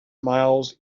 miles